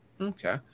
Okay